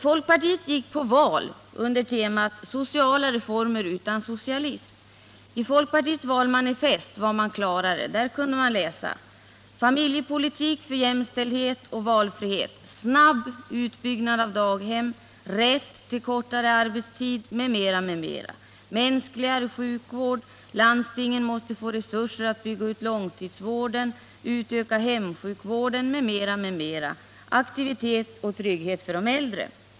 Folkpartiet gick till val på temat ” Sociala reformer utan socialism”. I sitt valmanifest uttryckte sig folkpartiet klarare. Där kunde man läsa: Mänskligare sjukvård. Landstingen måste få resurser att bygga ut långtidsvården, utöka hemsjukvården —--- m.m.